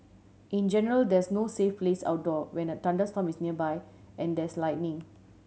in general there is no safe place outdoor when a thunderstorm is nearby and there is lightning